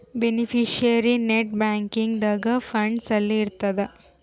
beneficiary net banking ದಾಗ funds ಅಲ್ಲಿ ಇರ್ತದ